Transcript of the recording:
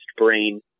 brain